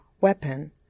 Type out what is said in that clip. weapon